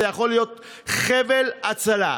זה יכול להיות חבל הצלה.